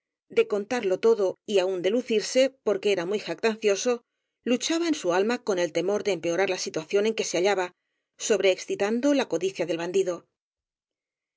de contarlo todo y aun de lucirse porque era muy jactancioso luchaba en su alma con el temor de empeorar la situación en que se hallaba sobrexcitando la codi cia del bandido